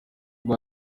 ubwo